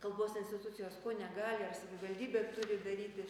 kalbos institucijos ko negali ar savivaldybė turi daryti